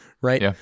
right